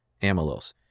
amylose